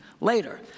later